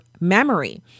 memory